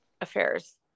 affairs